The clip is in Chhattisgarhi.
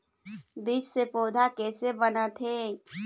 बीज से पौधा कैसे बनथे?